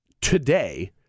today